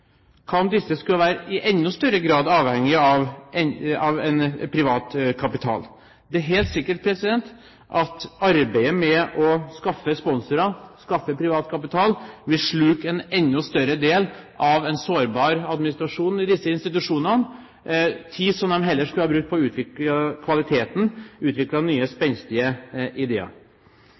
i enda større grad skulle vært avhengig av privat kapital? Det er helt sikkert at arbeidet med å skaffe sponsorer, skaffe privat kapital, vil sluke en enda større del av en sårbar administrasjon i disse institusjonene, tid som de heller skulle brukt på å utvikle kvaliteten, utvikle nye spenstige ideer.